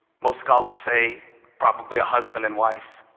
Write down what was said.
most scholars say probably a husband and wife.